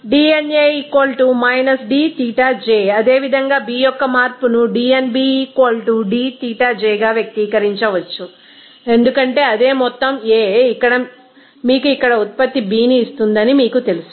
ఈ dnA dξj అదేవిధంగా B యొక్క మార్పును dnB dξj గా వ్యక్తీకరించవచ్చు ఎందుకంటే అదే మొత్తం A మీకు ఇక్కడ ఉత్పత్తి B ని ఇస్తుందని మీకు తెలుసు